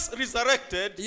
resurrected